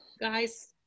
guy's